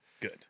Good